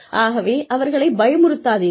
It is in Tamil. ஆகவே அவர்களை பயமுறுத்தாதீர்கள்